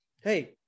hey